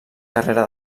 carrera